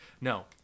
no